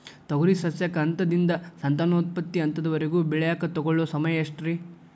ತೊಗರಿ ಸಸ್ಯಕ ಹಂತದಿಂದ, ಸಂತಾನೋತ್ಪತ್ತಿ ಹಂತದವರೆಗ ಬೆಳೆಯಾಕ ತಗೊಳ್ಳೋ ಸಮಯ ಎಷ್ಟರೇ?